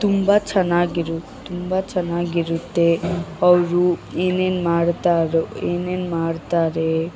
ತುಂಬ ಚೆನ್ನಾಗಿರು ತುಂಬ ಚೆನ್ನಾಗಿರುತ್ತೆ ಅವರು ಏನೇನು ಮಾಡ್ತಾರೊ ಏನೇನು ಮಾಡ್ತಾರೆ